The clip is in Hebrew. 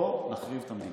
בוא נחריב את המדינה,